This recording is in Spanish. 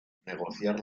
negociar